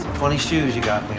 funny shoes you got